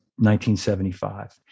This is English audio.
1975